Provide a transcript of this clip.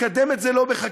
לקדם את זה לא בחקיקה.